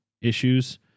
issues